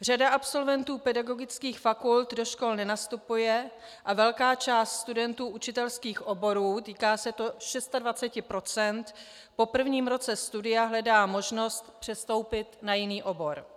Řada absolventů pedagogických fakult do škol nenastupuje a velká část studentů učitelských oborů, týká se to 26 %, po prvním roce studia hledá možnost přestoupit na jiný obor.